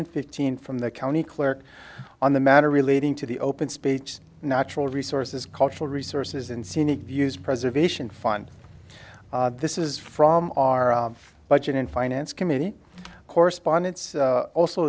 and fifteen from the county clerk on the matter relating to the open speech natural resources cultural resources and scenic views preservation fine this is from our budget and finance committee correspondence a